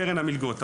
קרן המלגות.